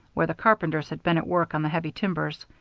where the carpenters had been at work on the heavy timbers.